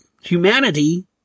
humanity